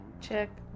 check